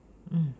mm